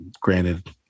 Granted